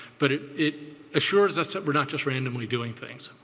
but it it assures us that we're not just randomly doing things.